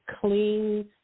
clean